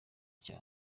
cyaha